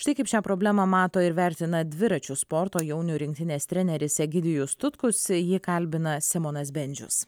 štai kaip šią problemą mato ir vertina dviračių sporto jaunių rinktinės treneris egidijus tutkus jį kalbina simonas bendžius